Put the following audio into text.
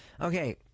Okay